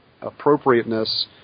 appropriateness